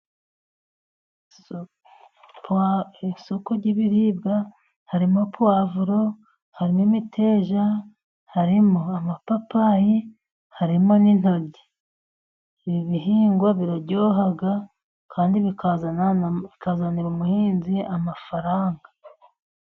Isoko ry'ibiribwa harimo puwavuro, harimo imiteja, harimo amapapayi, harimo n'intoryi, ibi bihingwa biraryoha kandi bikazanira umuhinzi amafaranga.